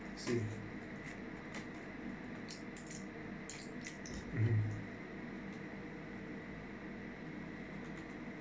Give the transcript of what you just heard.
I see hmm